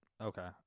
Okay